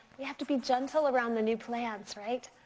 we have to be gentle around the new plants, right?